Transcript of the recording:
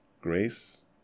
grace